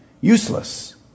Useless